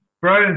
bro